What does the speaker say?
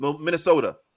Minnesota